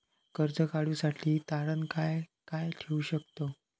कर्ज काढूसाठी तारण काय काय ठेवू शकतव?